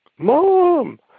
mom